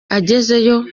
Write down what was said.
agezeyo